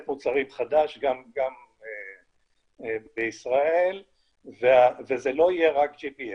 מוצרים חדש גם בישראל וזה לא יהיה רק GPS,